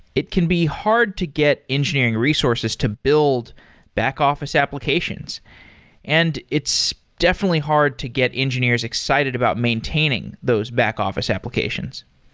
it can be hard to get engineering resources to build back-office applications and it's definitely hard to get engineers excited about maintaining those back-office applications.